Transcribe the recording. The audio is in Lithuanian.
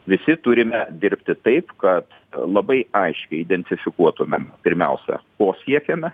visi turime dirbti taip kad labai aiškiai identifikuotumėm pirmiausia ko siekiame